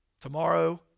tomorrow